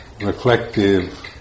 reflective